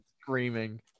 screaming